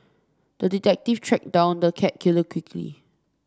the detective tracked down the cat killer quickly